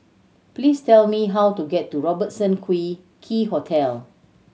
please tell me how to get to Robertson Quay Hotel